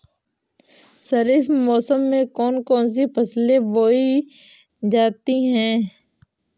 खरीफ मौसम में कौन कौन सी फसलें बोई जाती हैं?